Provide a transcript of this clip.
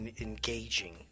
engaging